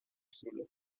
tixul